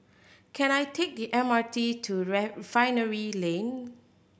can I take the M R T to Refinery Lane